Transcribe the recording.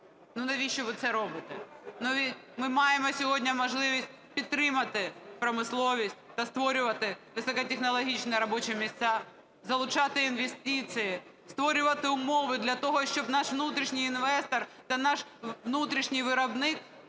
навіщо ви це робите? Ми маємо сьогодні можливість підтримати промисловість та створювати високотехнологічні робочі місця, залучати інвестиції, створювати умови для того, щоб наш внутрішній інвестор та наш внутрішній виробник